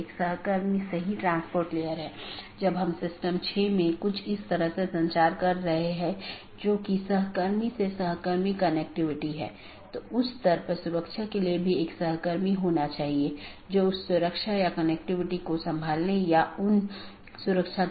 जैसे अगर मै कहूं कि पैकेट न 1 को ऑटॉनमस सिस्टम 6 8 9 10 या 6 8 9 12 और उसके बाद गंतव्य स्थान पर पहुँचना चाहिए तो यह ऑटॉनमस सिस्टम का एक क्रमिक सेट है